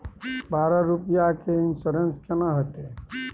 बारह रुपिया के इन्सुरेंस केना होतै?